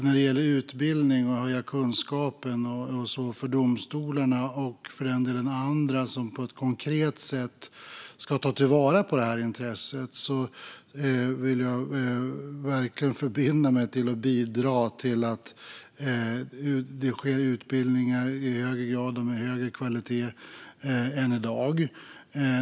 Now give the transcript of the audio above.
När det gäller utbildning för att höja kunskapen hos domstolar och för den delen också hos andra som på ett konkret sätt ska ta barnets intresse till vara vill jag verkligen förbinda mig att bidra till att det sker utbildningar i högre grad och med högre kvalitet än i dag.